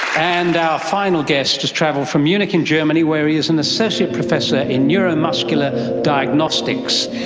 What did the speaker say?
and our final guest has travelled from munich in germany, where he is an associate professor in neuromuscular diagnostics.